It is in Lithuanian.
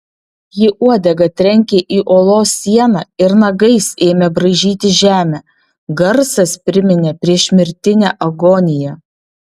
ji uodega trenkė į olos sieną ir nagais ėmė braižyti žemę garsas priminė priešmirtinę agoniją